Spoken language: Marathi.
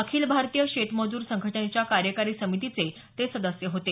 अखिल भारतीय शेतमजूर संघटनेच्या कार्यकारी समितीचे ते सदस्य होते